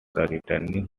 returning